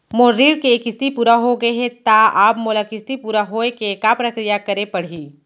मोर ऋण के किस्ती पूरा होगे हे ता अब मोला किस्ती पूरा होए के का प्रक्रिया करे पड़ही?